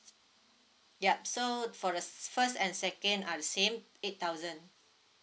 yup so for the first and second are the same eight thousand